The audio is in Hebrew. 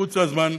מחוץ לזמן,